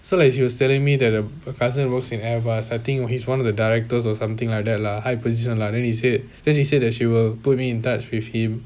so like she was telling me that her cousin works in airbus I think he's one of the directors or something like that lah high position lah then he say then he said that she will put me in touch with him